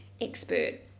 expert